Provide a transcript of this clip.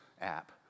app